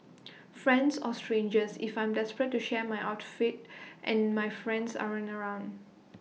friends or strangers if I am desperate to share my outfit and my friends aren't around